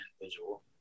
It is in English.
individual